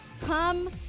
come